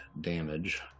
damage